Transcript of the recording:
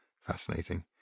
fascinating